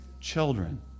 children